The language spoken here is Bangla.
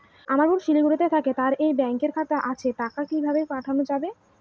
আমার বোন শিলিগুড়িতে থাকে তার এই ব্যঙকের খাতা আছে টাকা কি ভাবে পাঠানো যাবে?